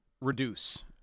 reduce